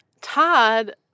Todd